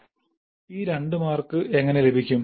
ReferShde Time 2917 ഈ 2 mark എങ്ങനെ ലഭിക്കും